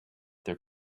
their